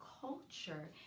culture